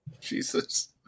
jesus